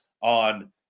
on